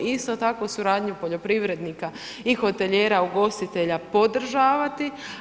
Isto tako suradnju poljoprivrednika i hotelijera, ugostitelja podržavati.